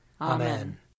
Amen